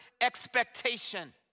expectation